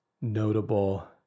notable